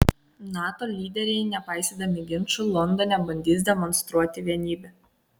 nato lyderiai nepaisydami ginčų londone bandys demonstruoti vienybę